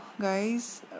guys